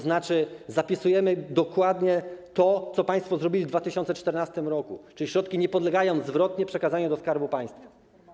Zapisujemy dokładnie to, co państwo zrobili w 2014 r., czyli środki nie podlegają zwrotnie przekazaniu do Skarbu Państwa.